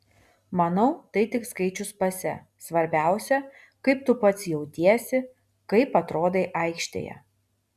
manau tai tik skaičius pase svarbiausia kaip tu pats jautiesi kaip atrodai aikštėje